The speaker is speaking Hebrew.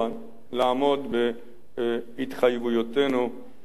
לעמוד בהתחייבויותינו כלשונן.